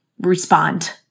respond